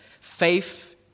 faith